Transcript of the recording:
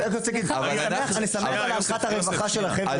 אני שמח על אנחת הרווחה שלכם,